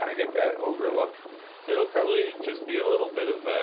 and get that ogre look. it it'll probably just be a little bit of,